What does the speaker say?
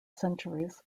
centuries